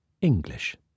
English